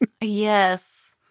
Yes